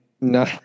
No